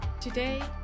Today